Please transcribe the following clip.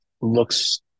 looks